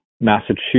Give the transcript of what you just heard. Massachusetts